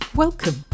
Welcome